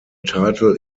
title